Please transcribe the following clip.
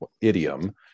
idiom